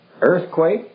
earthquake